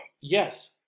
Yes